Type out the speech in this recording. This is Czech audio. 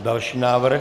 Další návrh?